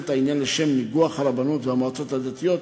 את העניין לשם ניגוח הרבנות והמועצות הדתיות,